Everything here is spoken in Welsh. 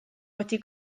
wedi